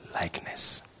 likeness